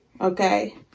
Okay